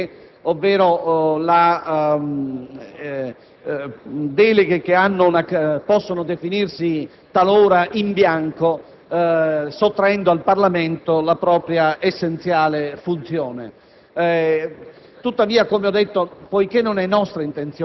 come si riscontra spesso nelle deleghe: deleghe che possono definirsi talora in bianco, sottraendo al Parlamento la propria essenziale funzione.